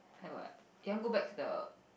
and what young go back to the